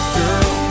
girl